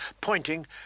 pointing